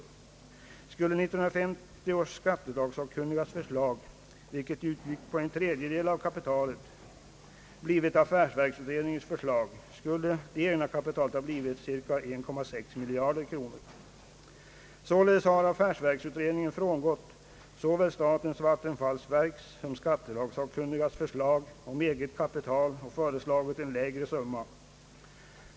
Om 1950 års skattelagssakkunnigas förslag att en tredjedel skulle vara eget kapital också hade blivit affärsverksutredningens förslag skulle det egna kapitalet ha blivit cirka 1,6 miljard kronor. Således har affärsverksutredningen frångått såväl statens vattenfallsverks som de skattelagssakkunnigas förslag om eget kapital och föreslagit en lägre summa.